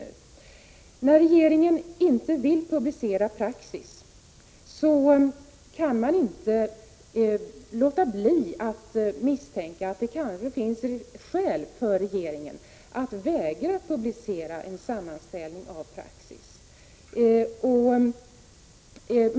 Men när regeringen inte vill publicera uppgifter om praxis kan man inte låta bli att misstänka att det finns skäl för denna vägran att publicera en sammanställning av uppgifter om praxis.